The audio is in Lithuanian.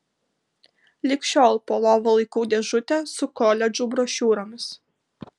lig šiol po lova laikau dėžutę su koledžų brošiūromis